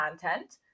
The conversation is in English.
content